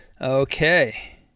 Okay